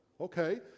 Okay